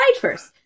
first